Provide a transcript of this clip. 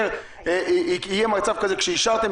כשאישרתם